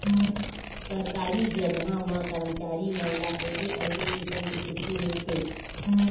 सरकारी जघा म करमचारी मन ला अलगे अलगे किसम के छुट्टी मिलथे